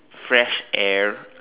fresh air